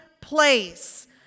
place